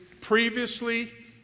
previously